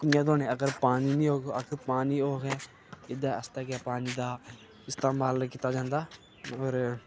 पर कि'यां धोने अगर पानी नी होग अगर पानी होग ऐ एह्दे आस्तै गै पानी दा इस्तेमाल कीता जंदा होर